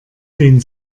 den